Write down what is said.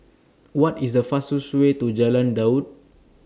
What IS The fastest Way to Jalan Daud